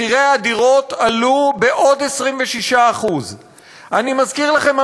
מחירי הדירות עלו בעוד 26%. אני מזכיר לכם,